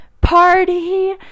party